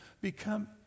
become